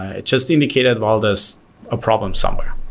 it just indicated well, there's a problem somewhere.